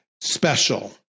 Special